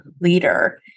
leader